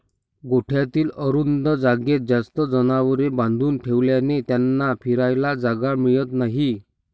गोठ्यातील अरुंद जागेत जास्त जनावरे बांधून ठेवल्याने त्यांना फिरायला जागा मिळत नाही